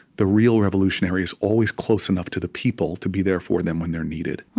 the real revolutionary is always close enough to the people to be there for them when they're needed.